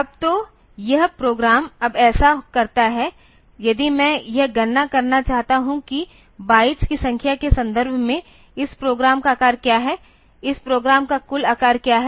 अब तो यह प्रोग्राम अब ऐसा करता है यदि मैं यह गणना करना चाहता हूं कि बाइट्स की संख्या के संदर्भ में इस प्रोग्राम का आकार क्या है इस प्रोग्राम का कुल आकार क्या है